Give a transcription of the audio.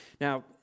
Now